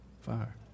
Fire